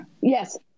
Yes